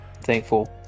thankful